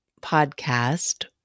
podcast